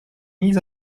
mis